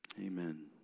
Amen